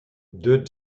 deux